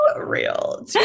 real